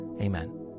Amen